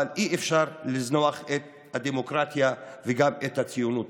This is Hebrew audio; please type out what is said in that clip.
אבל אי-אפשר לזנוח את הדמוקרטיה וגם את הציונות.